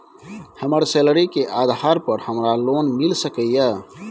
हमर सैलरी के आधार पर हमरा लोन मिल सके ये?